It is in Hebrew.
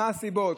מה הסיבות,